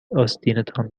آستینتان